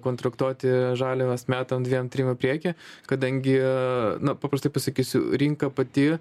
kontraktuoti žaliavas metam dviem trim į priekį kadangi na paprastai pasakysiu rinka pati